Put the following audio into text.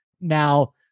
Now